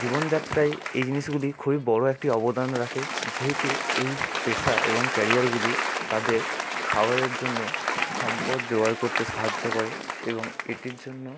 জীবনযাত্রায় এই জিনিসগুলি খুবই বড়ো একটি অবদান রাখে যেহেতু এই পেশা এবং ক্যারিয়ারগুলি তাদের খাবারের জন্য সম্পদ জোগাড় করতে সাহায্য করে এবং এটির জন্য